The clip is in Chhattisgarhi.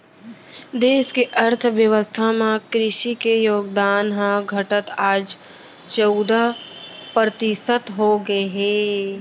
देस के अर्थ बेवस्था म कृसि के योगदान ह घटत आज चउदा परतिसत हो गए हे